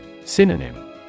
Synonym